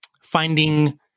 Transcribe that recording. finding